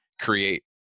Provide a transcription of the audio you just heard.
create